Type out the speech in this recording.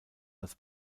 als